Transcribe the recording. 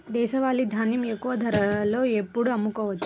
దేశవాలి ధాన్యం ఎక్కువ ధరలో ఎప్పుడు అమ్ముకోవచ్చు?